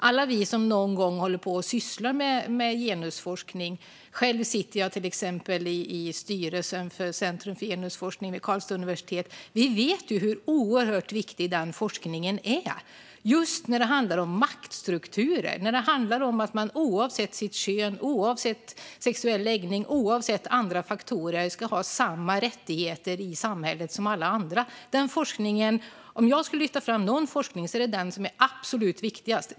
Alla vi som någon gång sysslat med genusforskning - själv sitter jag till exempel i styrelsen för Centrum för genusforskning vid Karlstads universitet - vet hur oerhört viktig den forskningen är just när det handlar om maktstrukturer och att man oavsett kön, sexuell läggning och andra faktorer ska ha samma rättigheter i samhället som alla andra. Om jag skulle lyfta fram någon forskning är det den som är absolut viktigast.